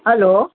hello